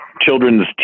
children's